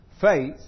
Faith